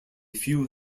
few